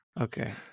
Okay